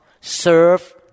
serve